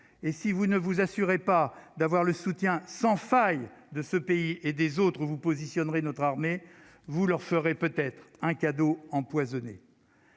et si vous ne vous assurez pas d'avoir le soutien sans faille de ce pays et des autres vous positionnerait notre armée vous leur ferait peut-être un cadeau empoisonné,